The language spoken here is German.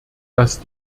dass